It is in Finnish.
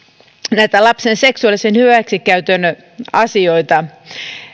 lapsen seksuaalisen hyväksikäytön asioita